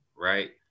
right